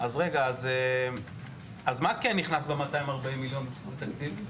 אז מה כן נכנס ב-240 מיליון תקציב?